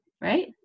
Right